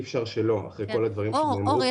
אפשר שלא אחרי כל הדברים שנאמרו -- אור,